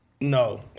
no